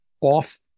off